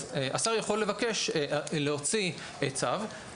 אז השר יכול לבקש להוציא צו